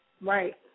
Right